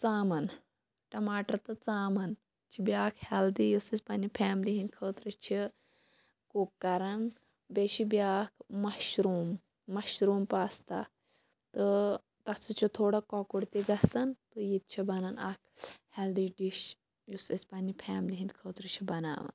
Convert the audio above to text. ژامَن ٹماٹر تہٕ ژامَن چھِ بیٛاکھ ہٮ۪لدی یُس أسۍ پنٛنہِ فیملی ہِنٛدۍ خٲطرٕ چھِ کُک کَران بیٚیہِ چھِ بیٛاکھ مَشروٗم مَشروٗم پاستا تہٕ تَتھ سۭتۍ چھِ تھوڑا کۄکُر تہِ گژھان تہٕ یہِ تہِ چھِ بَنان اَکھ ہٮ۪لدی ڈِش یُس أسۍ پنٛنہِ فیملی ہِنٛدۍ خٲطرٕ چھِ بَناوان